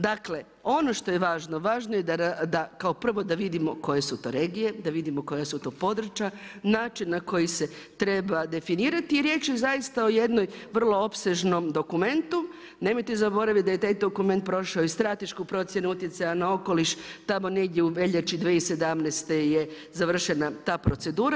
Dakle, ono što je važno, važno da kao prvo da vidimo koje su to regije, da vidimo koja su područja, način na koji se treba definirati i riječ je zaista o jednom vrlo opsežnom dokumentu, nemojte zaboraviti da je taj dokument prošao i strateški procjenu utjecaja na okoliš tamo negdje u veljači 2017. je završena ta procedura.